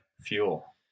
fuel